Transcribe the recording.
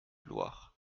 loir